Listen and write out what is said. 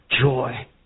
joy